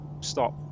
stop